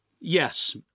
yes